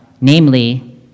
namely